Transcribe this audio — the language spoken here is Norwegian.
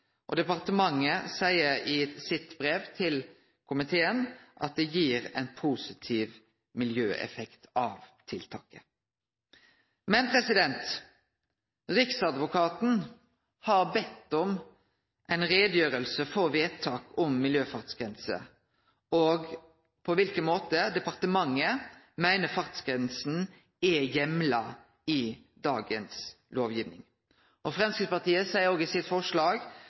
Departementet seier i sitt brev til komiteen at tiltaket gir ein positiv miljøeffekt. Men riksadvokaten har bedt om ei utgreiing om vedtak for miljøfartsgrense og ei utdjuping av korleis departementet meiner fartsgrensa er heimla i dagens lovgiving. Framstegspartiet seier òg i